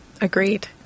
Agreed